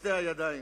בשתי ידיים.